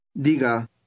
Diga